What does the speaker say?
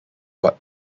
what